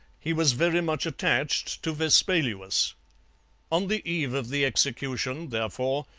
he was very much attached to vespaluus. on the eve of the execution, therefore,